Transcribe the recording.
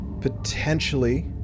potentially